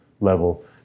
level